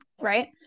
Right